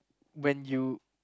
when you